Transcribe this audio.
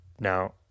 Now